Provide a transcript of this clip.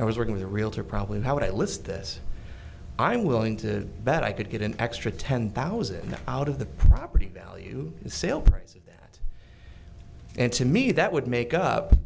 i was working with a realtor probably how would i list this i'm willing to bet i could get an extra ten thousand out of the property value sale prices and to me that would make up